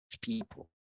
people